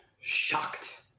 Shocked